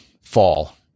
fall